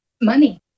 Money